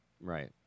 Right